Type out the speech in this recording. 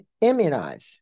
immunize